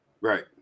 Right